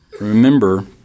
remember